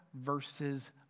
verses